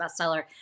bestseller